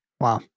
wow